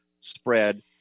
spread